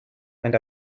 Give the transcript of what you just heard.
and